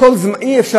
בעצם,